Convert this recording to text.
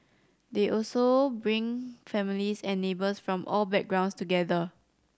they also bring families and neighbours from all backgrounds together